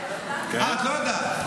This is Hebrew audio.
לא יודעת.